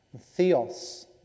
Theos